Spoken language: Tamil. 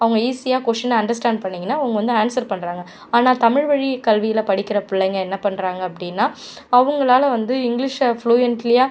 அவங்க ஈஸியாக கொஷின்னை அண்டர்ஸ்டாண்ட் பண்ணிக்கின்னு அவங்க வந்து ஆன்சர் பண்ணுறாங்க ஆனால் தமிழ் வழி கல்வியில் படிக்கிற பிள்ளைங்க என்ன பண்ணுறாங்க அப்படின்னா அவங்களால் வந்து இங்கிலீஷை ஃப்ளுயன்ட்லியா